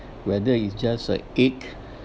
whether is just like egg